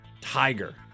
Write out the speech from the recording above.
Tiger